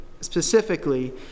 specifically